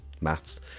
maths